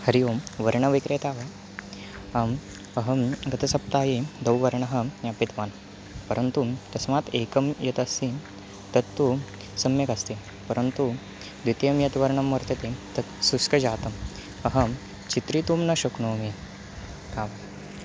हरिः ओं वर्णविक्रेता वा आम् अहं गतसप्ताहे द्वौ वर्णौ ज्ञापितवान् परन्तु तस्मात् एकं यदस्ति तत्तु सम्यक् अस्ति परन्तु द्वितीयं यः वर्णः वर्तते तत् शुष्कं जातम् अहं चित्रितुं न शक्नोमि का